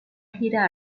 gira